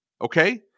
okay